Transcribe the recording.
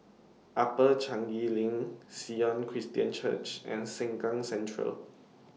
Upper Changi LINK Sion Christian Church and Sengkang Central